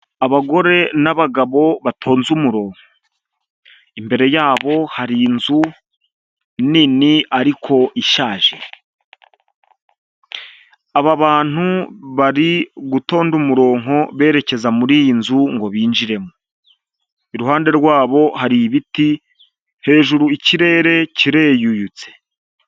Abagore'abagabo batonze umurongo imbere yabo hari inzu nini ariko ishaje. Aba bantu bari umurongo berekeza muri iyi nzu binjiremo, iruhande rwabo hari ibiti hejuru ikirere kireyuyutse.